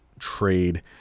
trade